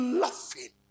laughing